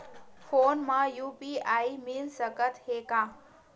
Phone मा UPI मिल सकत हे का?